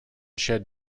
shed